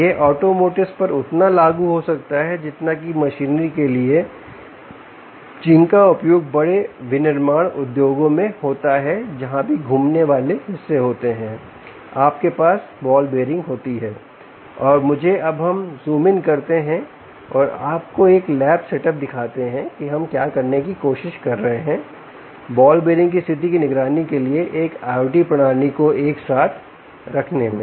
यह आटोमोटिव्स पर उतना लागू हो सकता है जितना कि मशीनरी के लिए जिनका उपयोग बड़े विनिर्माण उद्योगों में होता है जहाँ भी घूमने वाले हिस्से होते हैं आपके पास बॉल बीयरिंग होती है और मुझे अब हम ज़ूम इन करते हैं और आपको एक लैब सेटअप दिखाते हैं कि हम क्या करने की कोशिश कर रहे हैं बॉल बीयरिंगों की स्थिति की निगरानी के लिए एक IOT प्रणाली को एक साथ रखने में